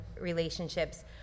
relationships